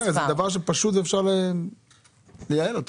זה דבר פשוט אפשר לייעל אותו.